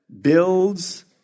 builds